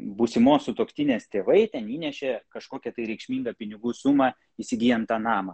būsimos sutuoktinės tėvai ten įnešė kažkokią tai reikšmingą pinigų sumą įsigyjant tą namą